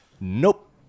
Nope